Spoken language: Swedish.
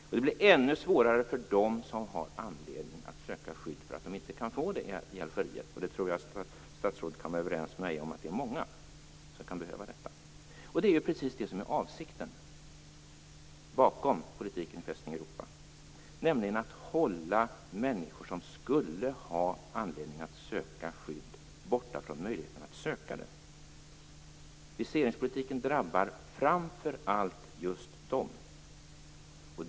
Och det blir ännu svårare för dem som har anledning att söka skydd för att de inte kan få det i Algeriet, och jag tror att statsrådet kan vara överens med mig om att det är många som kan behöva detta. Det är ju precis det som är avsikten med politiken i Fästning Europa, nämligen att hålla människor som skulle ha anledning att söka skydd borta från möjligheten att söka det. Viseringspolitiken drabbar framför allt just dem.